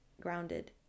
grounded